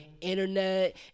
internet